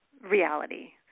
reality